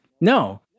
No